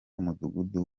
umudugudu